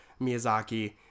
Miyazaki